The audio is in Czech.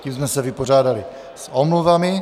Tím jsme se vypořádali s omluvami.